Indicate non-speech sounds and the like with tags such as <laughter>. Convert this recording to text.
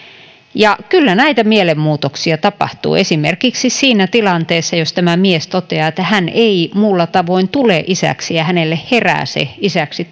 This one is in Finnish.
kyllä näitä mielenmuutoksia tapahtuu esimerkiksi siinä tilanteessa jos tämä mies toteaa että hän ei muulla tavoin tule isäksi ja hänelle herää se isäksi <unintelligible>